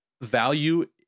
value